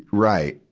right.